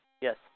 Yes